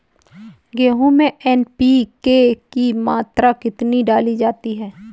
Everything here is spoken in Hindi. गेहूँ में एन.पी.के की मात्रा कितनी डाली जाती है?